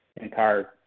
entire